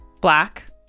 black